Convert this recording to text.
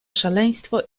szaleństwo